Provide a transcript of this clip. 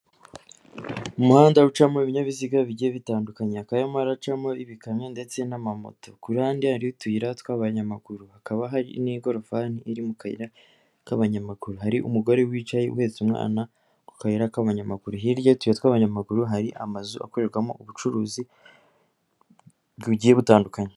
Umuhanda ucamo ibinyabiziga bigiye bitandukanye hakaba harimo ibikamyo ndetse n'amamoto, ku ruhande hari utuyira tw'abanyamaguru, hakaba hari n'ingorofani iri mu kayira k'abanyamaguru, hari umugore wicaye uhetse umwana ku kayira k'amanyamaguru, hirya y'utuyira tw'abanyamaguru hari amazu akorerwamo ubucuruzi bugiye butandukanye.